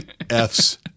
Fs